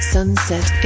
Sunset